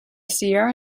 sierra